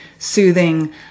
Soothing